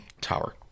tower